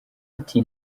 ati